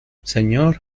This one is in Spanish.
señor